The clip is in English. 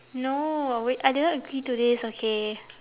no wait I didn't agree to this okay